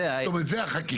זאת אומרת, זה החקיקה.